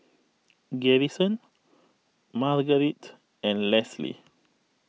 Garrison Margarite and Lesley